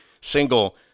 single